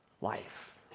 life